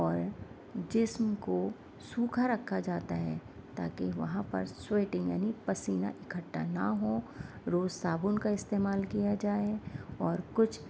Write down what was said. اور جسم کو سوکھا رکھا جاتا ہے تاکہ وہاں پر سوئٹنگ یعنی پسینہ اکٹھا نہ ہو روز صابن کا استعمال کیا جائے اور کچھ